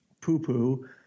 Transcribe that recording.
poo-poo